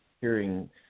hearing